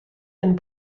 and